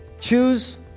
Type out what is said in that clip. Choose